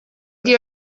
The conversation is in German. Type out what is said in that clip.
die